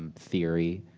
theory